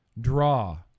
Draw